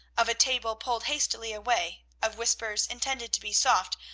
of a table pulled hastily away, of whispers intended to be soft,